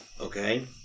Okay